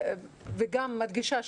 וגם מדגישה,